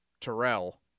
Terrell